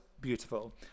beautiful